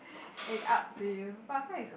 and up to you WiFi is